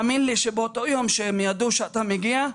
באותו יום שהם ידעו שאתה מגיע,